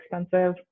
expensive